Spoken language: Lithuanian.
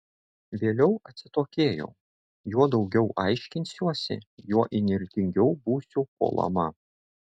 vėliau atsitokėjau juo daugiau aiškinsiuosi juo įnirtingiau būsiu puolama